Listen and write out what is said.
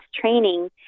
training